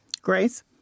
Grace